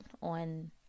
on